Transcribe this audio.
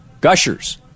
gushers